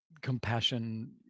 compassion